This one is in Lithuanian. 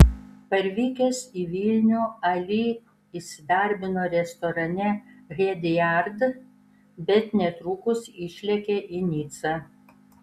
parvykęs į vilnių ali įsidarbino restorane hediard bet netrukus išlėkė į nicą